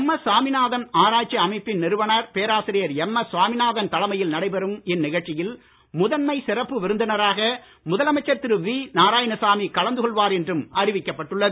MS Swaminathan ஆராய்ச்சி அமைப்பின் நிறுவனர் பேராசிரியர் எம்எஸ் சுவாமிநாதன் தலைமையில் நடைபெறும் இந்நிகழ்ச்சியில் முதன்மை சிறப்பு விருந்தினராக முதலமைச்சர் திரு வி நாராயணசாமி கலந்து கொள்வார் என்றும் அறிவிக்கப்பட்டுள்ளது